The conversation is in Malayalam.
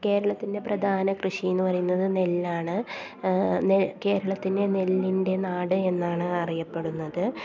കേരളത്തിൻ്റെ പ്രധാന കൃഷി എന്ന് പറയുന്നത് നെല്ലാണ് ന കേരളത്തിൻ്റെ നെല്ലിൻ്റെ നാട് എന്നാണ് അറിയപ്പെടുന്നത്